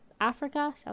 Africa